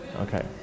Okay